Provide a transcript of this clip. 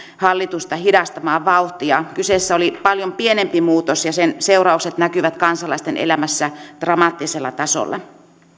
hallitusta hidastamaan vauhtia kyseessä oli paljon pienempi muutos ja sen seuraukset näkyvät kansalaisten elämässä dramaattisella tasolla